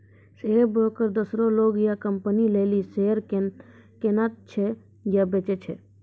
share broker दोसरो लोग या कंपनी लेली शेयर किनै छै या बेचै छै